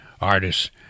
artists